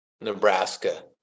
nebraska